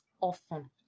often